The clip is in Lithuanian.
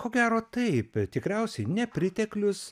ko gero taip tikriausiai nepriteklius